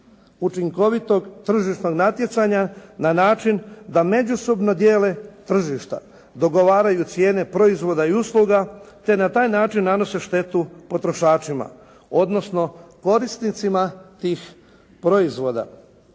učinkovitog tržišnog natjecanja na način da međusobno dijele tržišta, dogovaraju cijene proizvoda i usluga, te na taj način nanose štetu potrošačima, odnosno korisnicima tih proizvoda